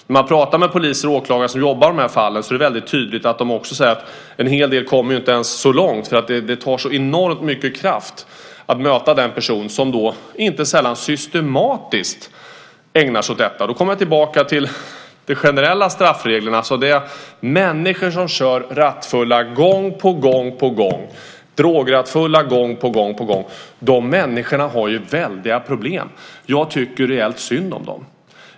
När man pratar med poliser och åklagare som jobbar med de här fallen säger de tydligt att en hel del inte ens kommer så långt därför att det tar så enormt mycket kraft att möta den person som inte sällan systematiskt ägnar sig åt detta. Då kommer man tillbaka till de generella straffreglerna. De människor som kör rattfulla och drograttfulla gång på gång har väldiga problem. Jag tycker rejält synd om dem.